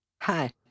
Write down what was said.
Hi